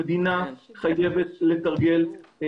המדינה חייבת לתרגל,